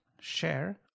Share